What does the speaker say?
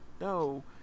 no